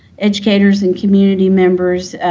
educators, and community members.